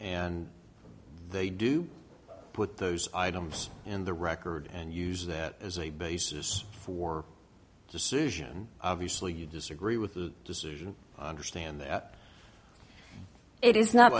and they do put those items in the record and use that as a basis for decision obviously you disagree with the decision under stand that it is not